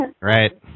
Right